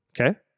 Okay